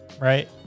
right